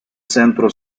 centro